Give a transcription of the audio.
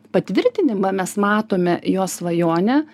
patvirtinimą mes matome jo svajonę